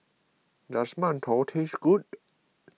does Mantou taste good